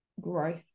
growth